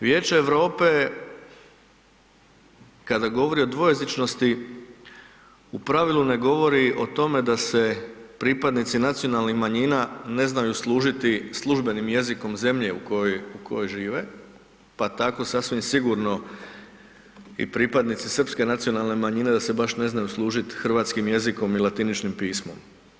Vijeće Europe kada govori o dvojezičnosti u pravilu ne govori o tome da se pripadnici nacionalnih manjina ne znaju služiti službenim jezikom zemlje u kojoj, u kojoj žive, pa tako sasvim sigurno i pripadnici srpske nacionalne manjine da se baš ne znaju služit hrvatskim jezikom i latiničnim pismom.